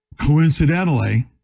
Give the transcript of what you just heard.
coincidentally